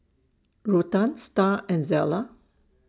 Ruthann Starr and Zella